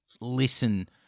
listen